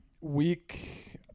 Week